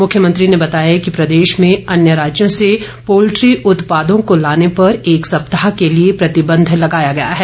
मुख्यमंत्री ने बताया कि प्रदेश में अन्य राज्यों से पोल्ट्री उत्पादों को लाने पर एक सप्ताह के लिए प्रतिबंद लगाया गया है